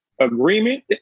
agreement